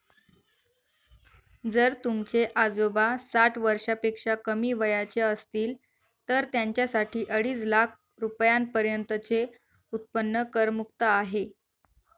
जर तुमचे आजोबा साठ वर्षापेक्षा कमी वयाचे असतील तर त्यांच्यासाठी अडीच लाख रुपयांपर्यंतचे उत्पन्न करमुक्त आहे